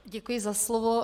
Děkuji za slovo.